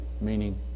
meaning